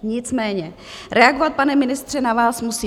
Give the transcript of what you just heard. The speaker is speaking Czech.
Nicméně reagovat, pane ministře, na vás musím.